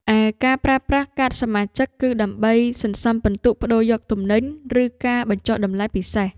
ឯការប្រើប្រាស់កាតសមាជិក គឺដើម្បីសន្សំពិន្ទុប្ដូរយកទំនិញ ឬការបញ្ចុះតម្លៃពិសេស។